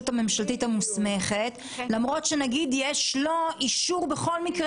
הממשלתית המוסמכת למרות שנגיד יש לו אישור בכל מקרה